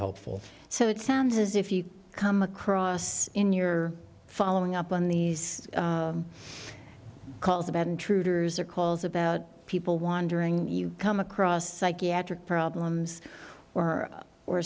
helpful so it sounds as if you come across in your following up on these calls about intruders or calls about people wandering you come across psychiatric problems or or